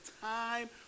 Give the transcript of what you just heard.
time